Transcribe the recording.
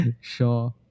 sure